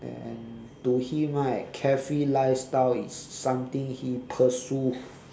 and to him right carefree lifestyle is something he pursue